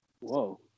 Whoa